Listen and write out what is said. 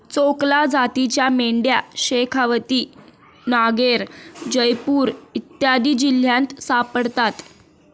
चोकला जातीच्या मेंढ्या शेखावती, नागैर, जयपूर इत्यादी जिल्ह्यांत सापडतात